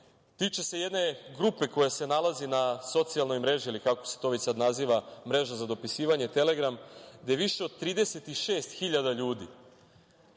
tiče se jedne grupe koja se nalazi na socijalnoj mreži ili kako se to već sad naziva, mreža za dopisivanje Telegram, gde više od 36 hiljada